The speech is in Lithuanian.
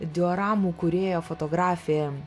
dioramų kūrėja fotografė